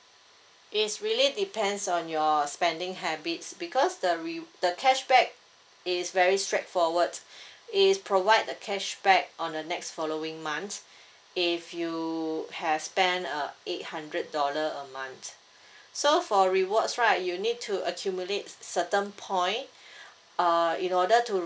it's really depends on your spending habits because the re~ the cashback is very straightforward is provide the cashback on the next following months if you have spent uh eight hundred dollar a month so for rewards right you need to accumulate certain point uh in order to